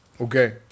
Okay